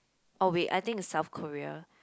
orh wait I think is South Korea